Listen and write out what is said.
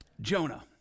Jonah